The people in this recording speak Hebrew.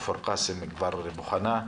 כפר קאסם כבר מוכנה,